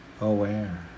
aware